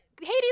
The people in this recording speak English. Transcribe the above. Hades